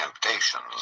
temptations